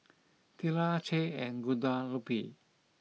Tilla Che and Guadalupe